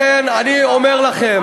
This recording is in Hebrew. לכן, אני אומר לכם: